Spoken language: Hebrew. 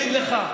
תתבייש לך.